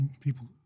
people